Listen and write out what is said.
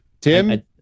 Tim